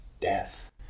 death